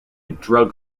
drug